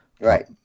Right